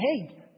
hey